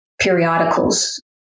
periodicals